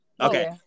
Okay